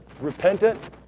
repentant